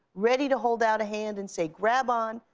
ready to hold out a hand and say grab on.